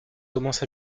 commence